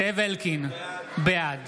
זאב אלקין, בעד